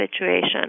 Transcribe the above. situation